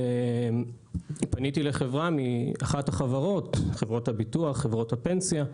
פניתי לאחת מחברות הביטוח, חברות הפנסיה.